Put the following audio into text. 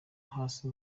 hasi